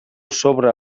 sobre